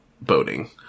boating